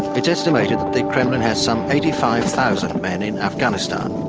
it's estimated the kremlin has some eighty five thousand men in afghanistan.